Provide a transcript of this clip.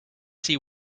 see